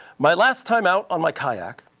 my last time out on my kayak,